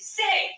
say